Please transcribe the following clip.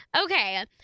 Okay